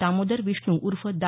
दामोदर विष्णू उर्फ दा